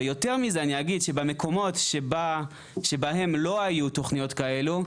ויותר מזה אני אגיד שבמקומות שבהם לא היו תוכניות כאלו,